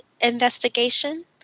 investigation